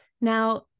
now